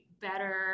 better